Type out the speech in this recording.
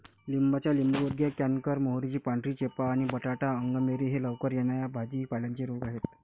लिंबाचा लिंबूवर्गीय कॅन्कर, मोहरीची पांढरी चेपा आणि बटाटा अंगमेरी हे लवकर येणा या भाजी पाल्यांचे रोग आहेत